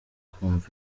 kwumva